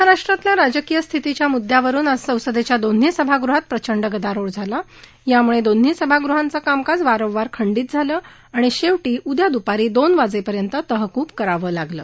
महाराष्ट्रातल्या राजकीय स्थितीच्या मूदयावरून आज संसदेच्या दोन्ही सभागृहात प्रचंड गदारोळ झाला त्यामुळे दोन्ही सभागृहांचं कामकाज वारंवार खंडीत झालं आणि शेवती उद्या द्रपारी दोन वाजेपर्यंत तहकुब करावं लागलं